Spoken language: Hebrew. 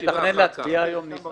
אתה מתכנן להצביע היום, ניסן?